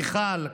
מיכל,